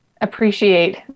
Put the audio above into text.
appreciate